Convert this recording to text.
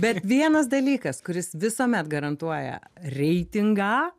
bet vienas dalykas kuris visuomet garantuoja reitingą